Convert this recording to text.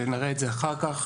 ונראה את זה אחר כך